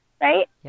right